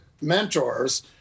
mentors